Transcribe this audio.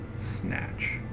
snatch